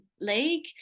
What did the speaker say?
league